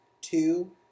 two